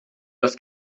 das